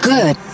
Good